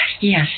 yes